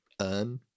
earn